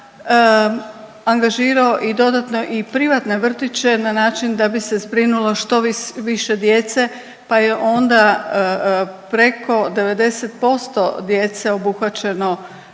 gradska angažirao i dodatno i privatne vrtiće na način da bi se zbrinulo što više djece pa je onda preko 90% djece obuhvaćeno ovaj